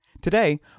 Today